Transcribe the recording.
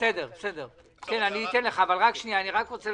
אני מבקש,